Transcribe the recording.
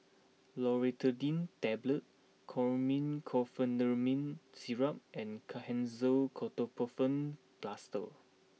Loratadine Tablets Chlormine Chlorpheniramine Syrup and Kenhancer Ketoprofen Plaster